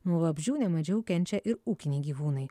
nuo vabzdžių nemažiau kenčia ir ūkiniai gyvūnai